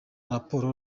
raporo